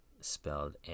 spelled